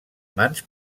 mans